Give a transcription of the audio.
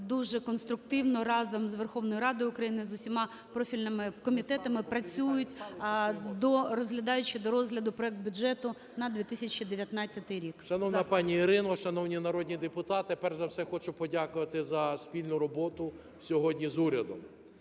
дуже конструктивно разом з Верховною Радою України, з усіма профільними комітетами працюють, розглядаючи до розгляду проект бюджету на 2019 рік. 11:34:34 КУБІВ С.І. Шановна пані Ірино, шановні народні депутати, перш за все, хочу подякувати за спільну роботу сьогодні з урядом.